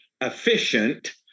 efficient